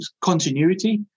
continuity